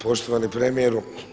Poštovani premijeru.